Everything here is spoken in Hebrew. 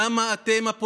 למה אתם, הפוליטיקאים,